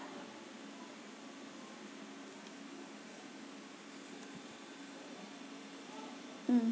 mm